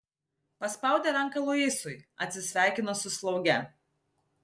paspaudė ranką luisui atsisveikino su slauge